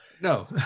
no